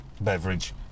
beverage